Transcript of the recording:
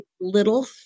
little